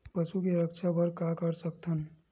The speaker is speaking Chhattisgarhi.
पशु के रक्षा बर का कर सकत हन?